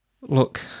Look